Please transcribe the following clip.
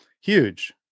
huge